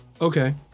okay